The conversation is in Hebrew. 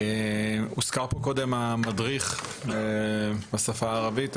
הוזכר פה קודם המדריך בשפה הערבית,